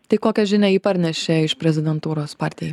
tai kokią žinią ji parnešė iš prezidentūros partijai